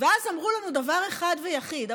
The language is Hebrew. ואז אמרו לנו דבר אחד ויחיד,